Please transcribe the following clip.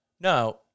No